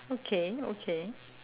okay okay